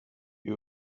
you